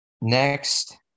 next